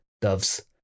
Doves